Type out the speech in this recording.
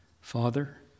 Father